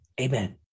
Amen